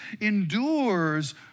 endures